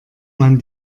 man